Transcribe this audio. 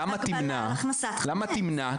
למה תמנע?